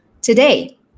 today